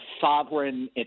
sovereign